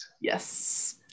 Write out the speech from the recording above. Yes